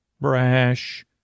brash